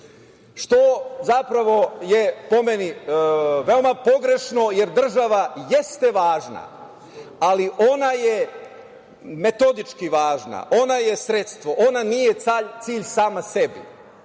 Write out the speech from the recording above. je zapravo, po meni, veoma pogrešno, jer država jeste važna, ali ona je metodički važna, ona je sredstvo, ona nije cilj sama sebi.